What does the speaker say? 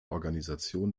organisation